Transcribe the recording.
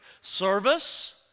service